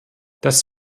das